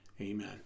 amen